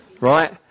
Right